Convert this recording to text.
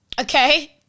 Okay